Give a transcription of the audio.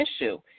issue